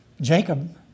Jacob